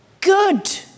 good